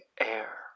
air